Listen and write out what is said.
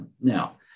Now